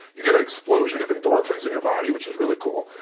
you get an explosion of endorphins in your body, which is really cool.